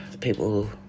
people